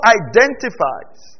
identifies